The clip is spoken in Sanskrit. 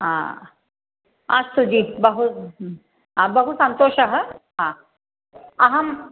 हा अस्तु जि बहु बहु सन्तोषः अ अहं